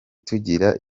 tugira